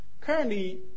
Currently